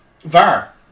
VAR